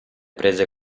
prese